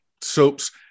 soaps